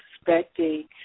expecting